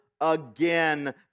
again